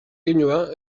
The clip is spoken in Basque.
keinua